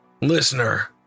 Listener